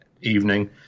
evening